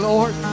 Lord